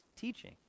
teaching